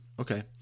Okay